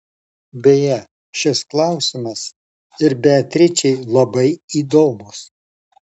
beje šis klausimas ir beatričei labai įdomus